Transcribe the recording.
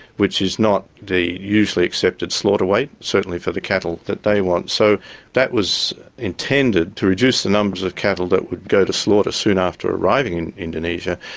which is not the usually accepted slaughter weight, certain for the cattle that they want, so that was intended to reduce the numbers of cattle that would go to slaughter soon after arriving in indonesia,